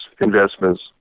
investments